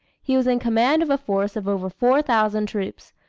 he was in command of a force of over four thousand troops,